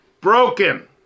broken